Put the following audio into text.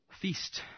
Feast